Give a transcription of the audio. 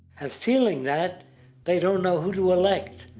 and feeling that they don't know who to elect.